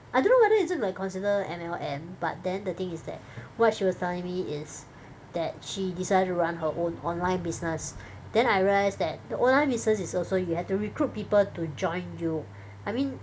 I don't know whether is it like consider M_L_M but then the thing is that what she was telling me is that she decided to run her own online business then I realised that the online business is also you have to recruit people to join you I mean